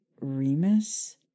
Remus